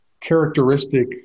characteristic